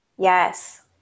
Yes